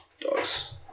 dogs